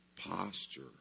posture